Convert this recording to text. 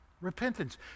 Repentance